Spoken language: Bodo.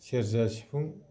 सेरजा सिफुं